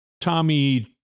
Tommy